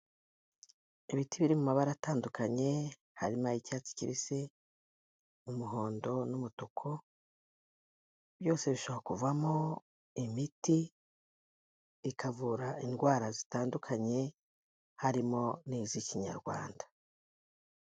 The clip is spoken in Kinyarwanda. Ibiti biri mu amabara atandukanye, harimo ay'icyatsi kibisi, umuhondo n'umutuku, byose bishobora kuvamo imiti ikavura indwara zitandukanye harimo n'iz'ikinyarwanda.